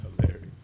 hilarious